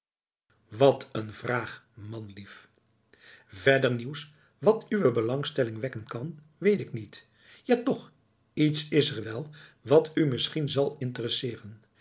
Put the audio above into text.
wat een vraag manlief verder nieuws wat uwe belangstelling wekken kan weet ik niet ja toch iets is er wel wat u misschien zal interesseeren